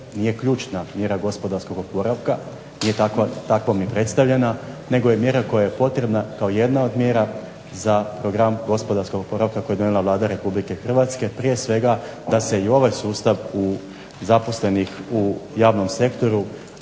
nije ključna mjera gospodarskog oporavka, nije takvom ni predstavljena nego je mjera koja je potrebna kao jedna od mjera za program gospodarskog oporavka koji je donijela Vlada Republike Hrvatske. Prije svega da se i ovaj sustav zaposlenih u javnom sektoru